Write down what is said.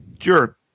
Sure